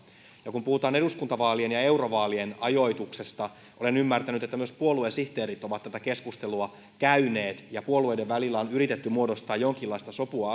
ja kun puhutaan eduskuntavaalien ja eurovaalien ajoituksesta olen ymmärtänyt että myös puoluesihteerit ovat tätä keskustelua käyneet ja puolueiden välillä on yritetty muodostaa jonkinlaista sopua